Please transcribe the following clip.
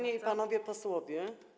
i Panowie Posłowie!